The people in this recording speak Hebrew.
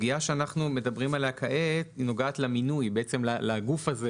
הסוגיה שאנחנו מדברים בה כעת נוגעת למינוי לגוף הזה